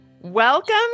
Welcome